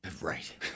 Right